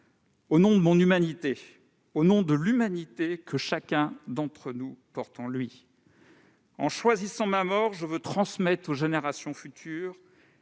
au nom de mon humanité, au nom de l'humanité que chacun d'entre nous porte en lui. En choisissant ma mort, je veux transmettre aux générations futures